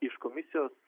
iš komisijos